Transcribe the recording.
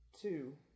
Two